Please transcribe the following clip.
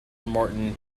martin